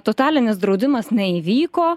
totalinis draudimas neįvyko